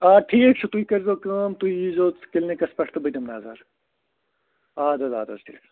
آ ٹھیٖک چھُ تُہۍ کٔرۍزیو کٲم تُہۍ ییٖزیو کِلنِکَس پٮ۪ٹھ تہِ بہٕ دِمہٕ نظر آدٕ حظ آدٕ حظ ٹھیٖک